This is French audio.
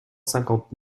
cinquante